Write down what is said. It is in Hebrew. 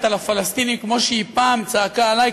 הפלסטינים כמו שהיא פעם צעקה עלי,